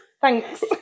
Thanks